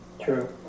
True